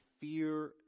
fear